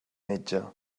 metge